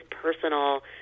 personal